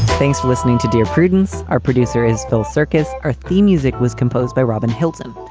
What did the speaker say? thanks for listening to dear prudence. our producer is phil circus. our theme music was composed by robin hilton.